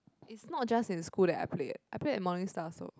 it's not just in school that I play eh I play at Morning Star also